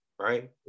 right